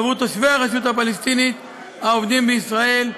עבור תושבי הרשות הפלסטינית העובדים בישראל,